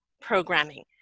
programming